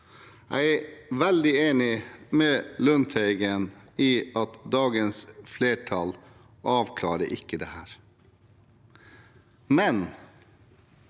Jeg er veldig enig med Lundteigen i at dagens flertall ikke avklarer dette, men